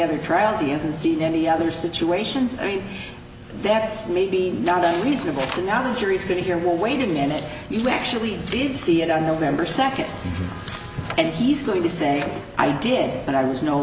other trials he isn't seen any other situations i mean that's maybe not reasonable now the jury's going to hear well wait a minute you actually did see it on november second and he's going to say i did and i was no